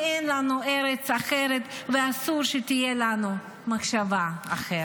כי אין לנו ארץ אחרת, ואסור שתהיה לנו מחשבה אחרת.